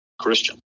Christian